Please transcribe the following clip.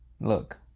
Look